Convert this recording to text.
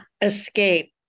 escape